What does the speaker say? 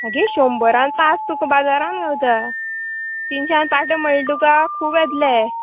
आगे शंबरान पांच तुका बाजारान गावता तिनशान पाटे म्हणल्या तुका खूब येतले